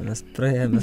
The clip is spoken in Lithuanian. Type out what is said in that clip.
mes praėjome